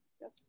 yes